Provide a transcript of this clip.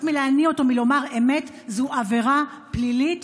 להניא אותו מלומר אמת זה עבירה פלילית.